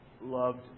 loved